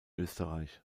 österreich